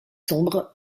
sombres